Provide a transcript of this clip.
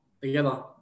together